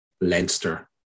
Leinster